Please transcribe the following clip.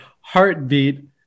heartbeat